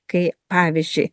kai pavyzdžiui